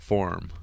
Form